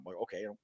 okay